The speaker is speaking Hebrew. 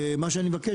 מה שאני מבקש,